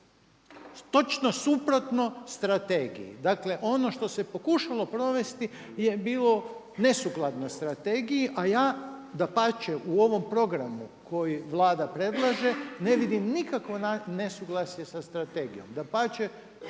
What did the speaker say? Točno suprotno strategiji, dakle ono što se pokušalo provesti je bilo nesukladno strategiji. Ja dapače u ovom programu koji Vlada predlaže ne vidim nikakvo nesuglasje sa strategijom.